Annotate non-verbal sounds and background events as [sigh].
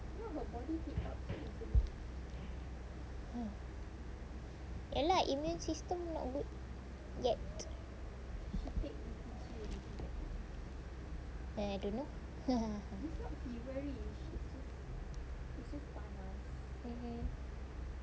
ya lah immune system not good yet then I don't know [laughs]